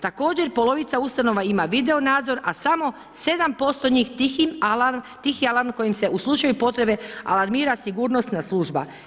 Također polovica ustanova ima video nadzor, a samo 7% njih tihi alarm kojim se u slučaju potrebe alarmira sigurnosna služba.